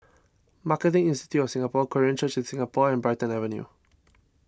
Marketing Institute of Singapore Korean Church in Singapore and Brighton Avenue